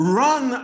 run